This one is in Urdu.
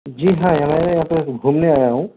جی ہاں میں یہاں پہ گھومنے آیا ہوں